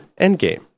Endgame